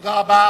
תודה רבה.